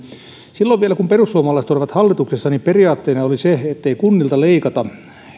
silloin vielä kun perussuomalaiset olivat hallituksessa periaatteena oli se ettei kunnilta leikata